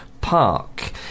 Park